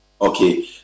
okay